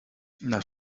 las